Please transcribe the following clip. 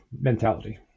mentality